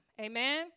Amen